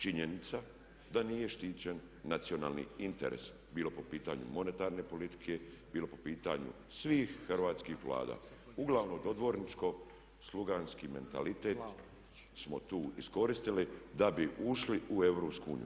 Činjenica da nije štićen nacionalni interes bilo po pitanju monetarne politike, bilo po pitanju svih hrvatskih Vlada, uglavnom dodvorničko sluganski mentalitet smo tu iskoristili da bi ušli u EU.